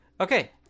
Okay